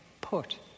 put